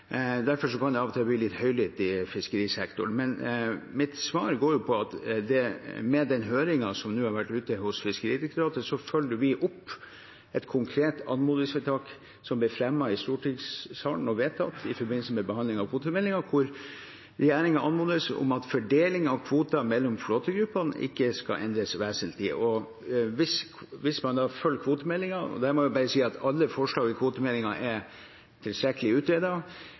Derfor kan det av og til bli litt høylytt i fiskerisektoren. Mitt svar går på at med den høringen som nå har vært ute hos Fiskeridirektoratet, følger vi opp et konkret anmodningsvedtak som ble fremmet i stortingssalen og vedtatt i forbindelse med behandlingen av kvotemeldingen, hvor regjeringen anmodes om at fordelingen av kvoter mellom flåtegruppene ikke skal endres vesentlig.